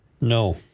No